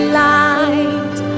light